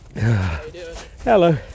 Hello